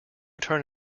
turn